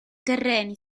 terreni